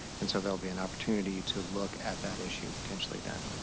and so there will be an opportunity to look at that issue, potentially then.